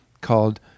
called